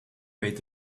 wait